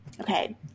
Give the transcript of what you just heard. Okay